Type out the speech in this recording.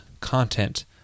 content